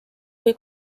kui